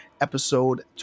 episode